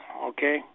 okay